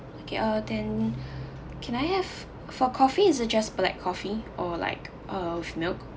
okay uh then can I have for coffee is it just black coffee or like uh with milk